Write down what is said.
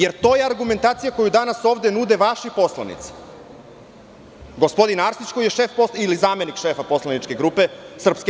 Jer, to je argumentacija koju danas nude vaši poslanici, gospodin Arsić koji je šef ili zamenik šefa poslaničke grupe SNS.